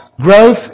growth